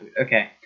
okay